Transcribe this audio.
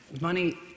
money